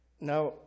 now